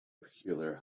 peculiar